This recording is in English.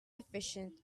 efficient